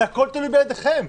זה הכול תלוי בידיכם.